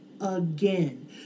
again